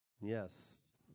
yes